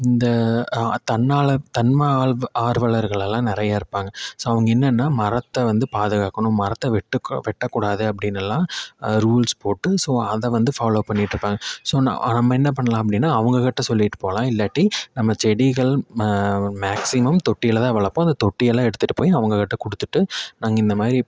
இந்த தன்னால தன்னால்ர்ப ஆர்வலர்களெல்லாம் நிறையா இருப்பாங்க ஸோ அவங்க என்னென்னா மரத்தை வந்து பாதுகாக்கணும் மரத்தை வெட்டக்கூ வெட்டக்கூடாது அப்படின்னு எல்லாம் ரூல்ஸ் போட்டு ஸோ அதை வந்து ஃபாலோவ் பண்ணிகிட்டு இருப்பாங்க ஸோ நான் நம்ம என்ன பண்ணலாம் அப்படின்னா அவங்கக்கிட்ட சொல்லிட்டு போகலாம் இல்லாட்டி நம்ம செடிகள் மேக்சிமம் தொட்டியில் தான் வளர்ப்போம் அந்த தொட்டியெல்லாம் எடுத்துகிட்டு போயி அவங்கக்கிட்ட கொடுத்துட்டு நாங்கள் இந்த மாதிரி